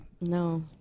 No